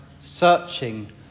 searching